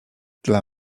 dla